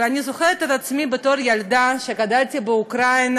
ואני זוכרת את עצמי בתור ילדה שגדלה באוקראינה,